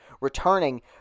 returning